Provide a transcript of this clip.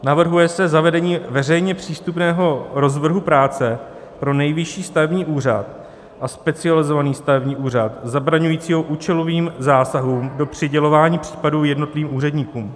Navrhuje se zavedení veřejně přístupného rozvrhu práce pro Nejvyšší stavební úřad a Specializovaný stavební úřad zabraňujícího účelovým zásahům do přidělování případů jednotlivým úředníkům.